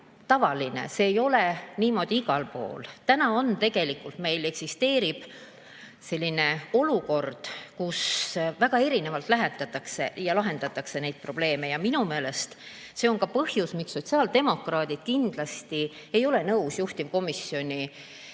tavaline, see ei ole niimoodi igal pool. Tegelikult meil eksisteerib selline olukord, kus väga erinevalt sellele lähenetakse ja lahendatakse neid probleeme. Minu meelest see on ka põhjus, miks sotsiaaldemokraadid kindlasti ei ole nõus juhtivkomisjoni